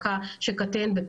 ההערכות שלנו ושל משרד הבריאות היו